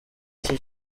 iki